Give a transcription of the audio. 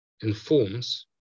informs